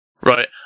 Right